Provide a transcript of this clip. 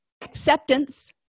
Acceptance